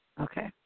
Okay